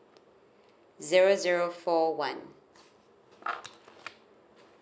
zero zero four one